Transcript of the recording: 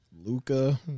Luca